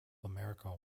america